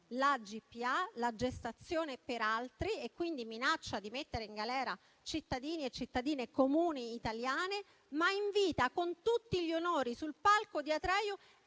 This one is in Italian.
la gestazione per altri (Gpa), minacciando di mettere in galera cittadini e cittadine comuni italiane, ma invita con tutti gli onori sul palco di Atreju